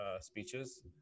speeches